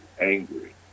Angry